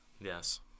Yes